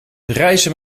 reizen